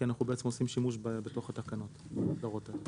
אנחנו בעצם עושים שימוש בתוך התקנות בהגדרות האלה.